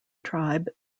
tribe